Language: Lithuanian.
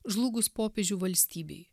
žlugus popiežių valstybei